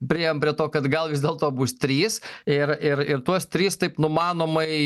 priėjom prie to kad gal vis dėlto bus trys ir ir ir tuos trys taip numanomai